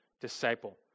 disciple